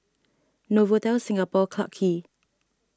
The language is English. Novotel Singapore Clarke Quay